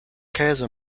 käse